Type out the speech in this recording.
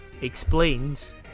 explains